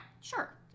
sure